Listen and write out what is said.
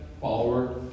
follower